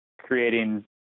creating